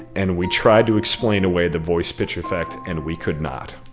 and we tried to explain away the voice-pitch effect, and we could not